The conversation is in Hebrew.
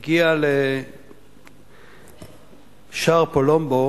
הגיע לשער פולומבו